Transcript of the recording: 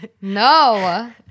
No